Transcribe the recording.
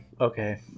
okay